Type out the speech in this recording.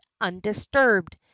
undisturbed